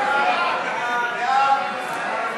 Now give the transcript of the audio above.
ושלישית.